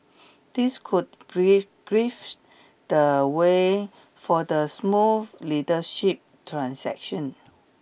this could pave pave the way for the smooth leadership transaction